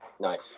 Nice